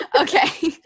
Okay